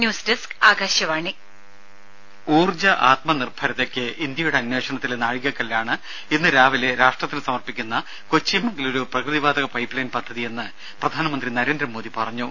news desk Akashvani ദ്ദേ ഊർജ്ജ ആത്മനിർഭരതക്ക് ഇന്ത്യയുടെ അന്വേഷണത്തിലെ നാഴികക്കല്പാണ് ഇന്ന് രാവിലെ രാഷ്ട്രത്തിന് സമർപ്പിക്കുന്ന കൊച്ചി മംഗലുരു പ്രകൃതിവാതക പൈപ്പ്ലൈൻ പദ്ധതിയെന്ന് പ്രധാനമന്ത്രി നരേന്ദ്രമോദി പറഞ്ഞു